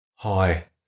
Hi